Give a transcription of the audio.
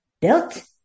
built